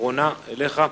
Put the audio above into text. אחרונה אליך,